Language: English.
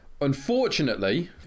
unfortunately